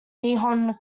nihon